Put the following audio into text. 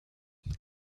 help